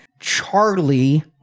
Charlie